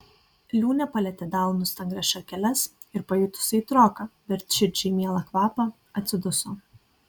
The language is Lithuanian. liūnė palietė delnu stangrias šakeles ir pajutusi aitroką bet širdžiai mielą kvapą atsiduso